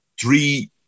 three